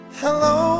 Hello